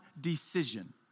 decision